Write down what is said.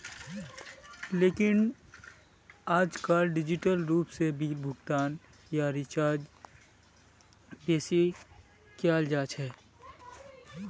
लेकिन आयेजकल डिजिटल रूप से बिल भुगतान या रीचार्जक बेसि कियाल जा छे